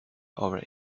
over